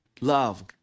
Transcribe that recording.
love